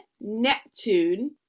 Neptune